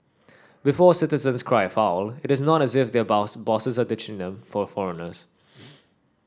before citizens cry foul it is not as if their boss bosses are ditching them for foreigners